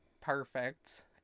perfect